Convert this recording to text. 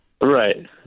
Right